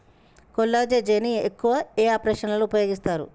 కొల్లాజెజేని ను ఎక్కువగా ఏ ఆపరేషన్లలో ఉపయోగిస్తారు?